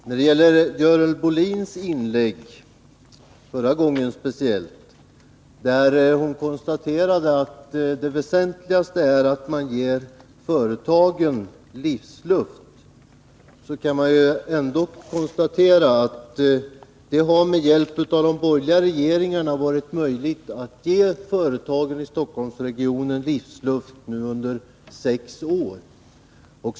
När det gäller Görel Bohlins inlägg, speciellt hennes förra där hon konstaterade att det väsentligaste är att man ger företagen livsluft, kan man konstatera att det med hjälp av de borgerliga regeringarna har varit möjligt att ge företagen i Stockholmsregionen livsluft under sex år.